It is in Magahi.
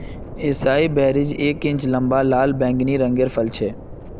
एसाई बेरीज एक इंच लंबा लाल बैंगनी रंगेर फल छे